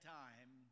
time